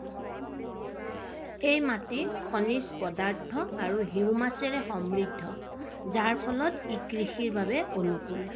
এই মাটি খনিজ পদাৰ্থ আৰু হিউমাছেৰে সমৃদ্ধ যাৰ ফলত ই কৃষিৰ বাবে অনুকূল